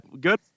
Good